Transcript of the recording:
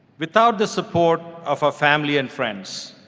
without the support of our family and friends,